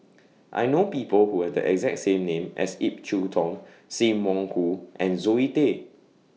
I know People Who Have The exact name as Ip Yiu Tung SIM Wong Hoo and Zoe Tay